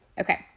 Okay